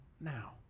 now